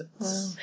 Wow